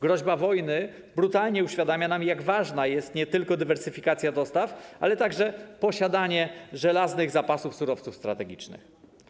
Groźba wojny brutalnie uświadamia nam, jak ważne są nie tylko dywersyfikacja dostaw, ale także posiadanie żelaznych zapasów surowców strategicznych.